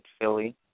Philly